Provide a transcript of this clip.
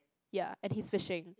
ya and he is fishing